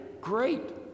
Great